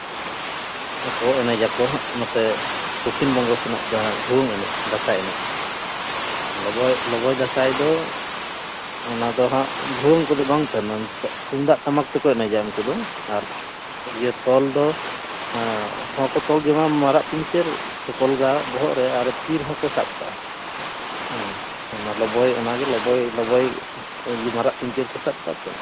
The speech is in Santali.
ᱟᱫᱚ ᱮᱱᱮᱡᱟᱠᱚ ᱦᱟᱸᱜ ᱱᱚᱛᱮ ᱫᱚᱠᱷᱤᱱ ᱵᱚᱝᱜᱚ ᱥᱮᱱᱟᱜ ᱡᱟᱦᱟᱸ ᱵᱷᱩᱣᱟᱹᱝ ᱮᱱᱮᱡ ᱫᱟᱸᱥᱟᱭ ᱮᱱᱮᱡ ᱟᱨ ᱞᱚᱵᱚᱭ ᱞᱚᱵᱚᱭ ᱫᱟᱸᱥᱟᱭ ᱫᱚ ᱚᱱᱟ ᱫᱚ ᱦᱟᱸᱜ ᱵᱷᱩᱣᱟᱝ ᱠᱚᱫᱚ ᱵᱟᱝ ᱛᱟᱦᱮᱱᱟ ᱛᱩᱢᱫᱟᱜ ᱴᱟᱢᱟᱠ ᱛᱮᱠᱚ ᱮᱱᱮᱡᱟ ᱩᱱᱠᱩ ᱫᱚ ᱟᱨ ᱤᱭᱟᱹ ᱛᱚᱞ ᱫᱚ ᱦᱚᱸᱠᱚ ᱛᱚᱞ ᱡᱚᱝᱟ ᱢᱟᱨᱟᱜ ᱯᱤᱧᱪᱟᱹᱨ ᱥᱮ ᱠᱚᱞᱜᱟ ᱵᱚᱦᱚᱜ ᱨᱮ ᱟᱨ ᱛᱤ ᱨᱮᱦᱚᱸ ᱠᱚ ᱥᱟᱵ ᱠᱟᱜᱼᱟ ᱦᱮᱸ ᱚᱱᱟ ᱞᱚᱵᱚᱭ ᱚᱱᱟ ᱜᱮ ᱞᱚᱵᱚᱭ ᱞᱚᱵᱚᱭ ᱤᱭᱟᱹ ᱢᱟᱨᱟᱜ ᱯᱤᱧᱪᱟᱹᱨ ᱠᱚ ᱥᱟᱵ ᱠᱟᱜᱼᱟ ᱛᱚ